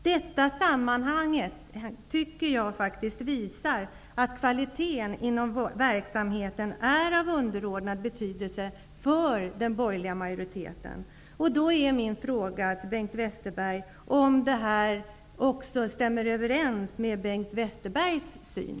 Detta sammantaget tycker jag faktiskt visar att kvaliteten inom verksamheten är av underordnad betydelse för den borgerliga majoriteten. Då är min fråga till Bengt Westerberg om det här också stämmer överens med Bengt Westerbergs syn.